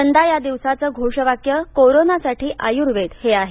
यंदा या दिवसाचे घोषवाक्य कोरोनासाठी आयुर्वेद हे आहे